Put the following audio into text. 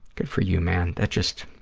good for you, man. that just,